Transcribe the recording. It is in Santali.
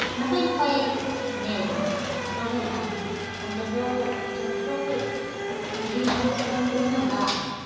ᱱᱟᱯᱟᱭ ᱱᱟᱯᱟᱭ ᱧᱮᱞ ᱛᱮᱱᱟᱜ ᱛᱚᱵᱮ ᱦᱮᱸ ᱚᱸᱰᱮ ᱫᱚ ᱡᱚᱛᱚ ᱠᱷᱚᱱ ᱰᱷᱮᱨ ᱥᱚᱢᱚᱥᱥᱟ ᱫᱚ ᱦᱩᱭᱩᱜ ᱠᱟᱱᱟ ᱫᱟᱜ ᱱᱤᱭᱮ